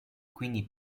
quindi